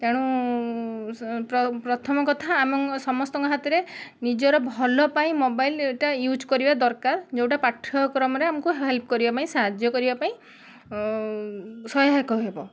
ତେଣୁ ପ୍ରଥମ କଥା ଆମ ସମସ୍ତଙ୍କ ହାତରେ ନିଜର ଭଲ ପାଇଁ ମୋବାଇଲଟା ଇଉଜ୍ କରିବା ଦରକାର ଯେଉଁଟା ପାଠ୍ୟକ୍ରମରେ ଆମକୁ ହେଲ୍ପ କରିବା ପାଇଁ ସାହାଯ୍ୟ କରିବା ପାଇଁ ସହାୟକ ହେବ